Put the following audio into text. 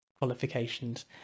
qualifications